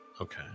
Okay